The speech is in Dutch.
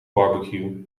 barbecue